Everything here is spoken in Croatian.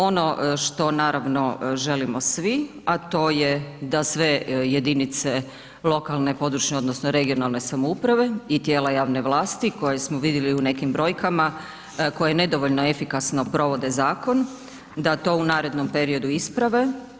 Ono što naravno želimo svi, a to je da sve jedinice lokalne područne odnosno regionalne samouprave i tijela javne vlasti koje smo vidjeli u nekim brojkama, koje nedovoljno efikasno provode zakon, da to u narednom periodu isprave.